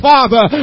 Father